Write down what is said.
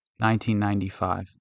1995